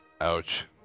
Ouch